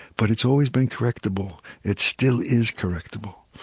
but it's always been correctable. it still is correctable